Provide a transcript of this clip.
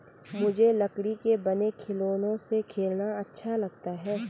मुझे लकड़ी के बने खिलौनों से खेलना अच्छा लगता है